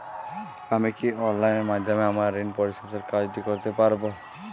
আমি কি অনলাইন মাধ্যমে আমার ঋণ পরিশোধের কাজটি করতে পারব?